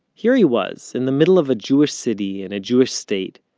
here he was, in the middle of a jewish city in a jewish state,